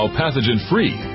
pathogen-free